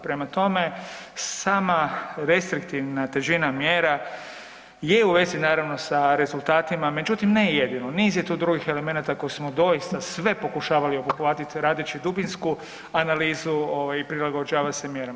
Prema tome, sama restriktivna težina mjera je u vezi naravno sa rezultatima, međutim ne jedino, niz je tu drugih elemenata koje smo doista sve pokušavali obuhvatit radeći dubinsku analizu ovaj i prilagođavat se mjerama.